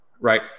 right